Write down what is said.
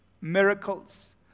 miracles